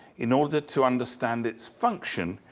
in order to understand its function,